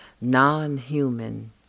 non-human